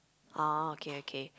oh okay okay